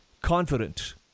confident